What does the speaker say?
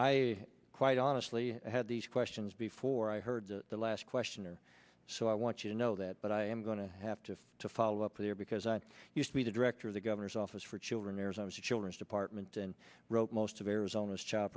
i quite honestly had these questions before i heard the last question or so i want you to know that but i am going to have to follow up there because i used to be the director of the governor's office for children as i was a children's department and wrote most of arizona's ch